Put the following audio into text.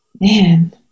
Man